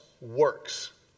works